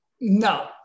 No